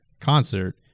concert